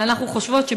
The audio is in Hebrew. אבל אנחנו חושבות שבכלל,